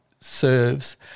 serves